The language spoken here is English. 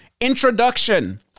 Introduction